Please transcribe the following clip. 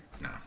Nah